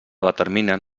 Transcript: determinen